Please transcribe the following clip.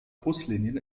buslinien